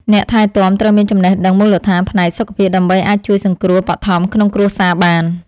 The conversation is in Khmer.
អ្នកថែទាំត្រូវមានចំណេះដឹងមូលដ្ឋានផ្នែកសុខភាពដើម្បីអាចជួយសង្គ្រោះបឋមក្នុងគ្រួសារបាន។